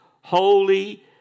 holy